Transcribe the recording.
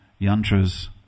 yantras